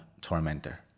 tormentor